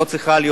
לא צריכה להיות,